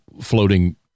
floating